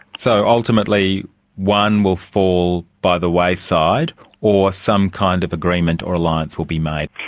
so ultimately one will fall by the wayside or some kind of agreement or alliance will be made.